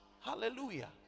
Hallelujah